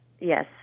Yes